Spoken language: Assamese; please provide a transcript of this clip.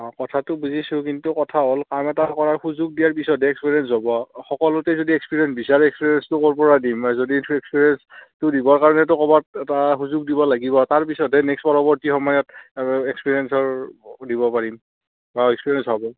অঁ কথাটো বুজিছোঁ কিন্তু কথা হ'ল কাম এটা কৰাৰ সুযোগ দিয়াৰ পিছতহে এক্সপিৰিয়েঞ্চ হ'ব সকলোতে যদি এক্সপিৰিয়েঞ্চ বিচাৰে এক্সপিৰিয়েঞ্চ ক'ৰ পৰা দিম যদি এক্সপিৰিয়েঞ্চটো দিবৰ কাৰণেতো ক'ৰবাত এটা সুযোগ দিব লাগিব তাৰপিছতহে নেক্সট পৰৱৰ্তী সময়ত এক্সপিৰিয়েঞ্চৰ দিব পাৰিম বা এক্সপিৰিয়েঞ্চ হ'ব